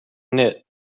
knit